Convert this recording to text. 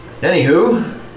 Anywho